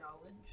knowledge